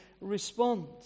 respond